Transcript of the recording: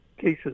cases